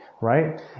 right